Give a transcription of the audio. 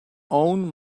own